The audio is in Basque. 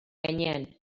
gainean